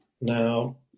Now